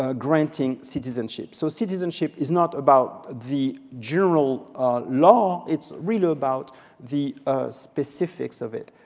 ah granting citizenship. so citizenship is not about the general law. it's really about the specifics of it.